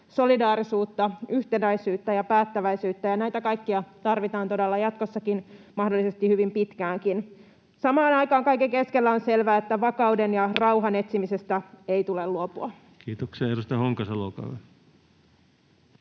solidaarisuutta, yhtenäisyyttä ja päättäväisyyttä, ja näitä kaikkia tarvitaan todella jatkossakin mahdollisesti hyvin pitkäänkin. Samaan aikaan kaiken keskellä on selvää, että vakauden ja rauhan etsimisestä ei tule luopua. [Speech 89] Speaker: Ensimmäinen